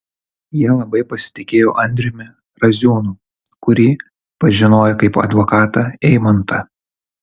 jie labai pasitikėjo andriumi raziūnu kurį pažinojo kaip advokatą eimantą